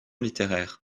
littéraire